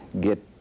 get